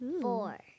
Four